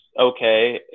okay